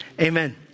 Amen